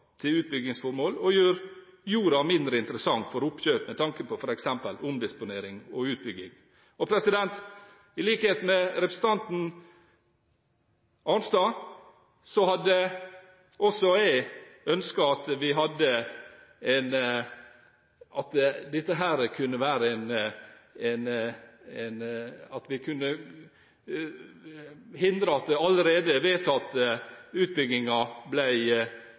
til utbyggingsformål og gjøre jorda mindre interessant for oppkjøp, med tanke på f.eks. omdisponering og utbygging. I likhet med representanten Arnstad hadde også jeg ønsket at vi hadde kunnet hindre at allerede vedtatte utbygginger ble gjennomført, men jeg er veldig glad for at vi